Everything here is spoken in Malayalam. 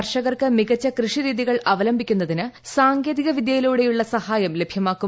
കർഷകർക്ക് മികച്ച കൃഷി രീതികൾ അവലംബിക്കുന്നതിന് സാങ്കേതിക വിദൃയിലൂടെയുള്ള സഹായം ലഭ്യമാക്കും